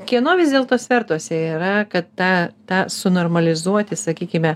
kieno vis dėlto svertuose yra kad tą tą sunormalizuoti sakykime